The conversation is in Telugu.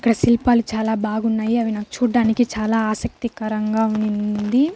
అక్కడ శిల్పాలు చాలా బాగున్నాయి అవి నాకు చూడడానికి చాలా ఆసక్తికరంగా ఉంది